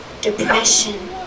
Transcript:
depression